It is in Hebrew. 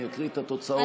אני אקריא את התוצאות,